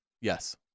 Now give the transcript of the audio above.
Yes